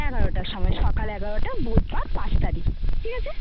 এগারোটার সময় সকাল এগারোটা বুধবার পাঁচ তারিখ ঠিক আছে